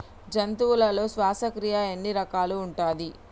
జంతువులలో శ్వాసక్రియ ఎన్ని రకాలు ఉంటది?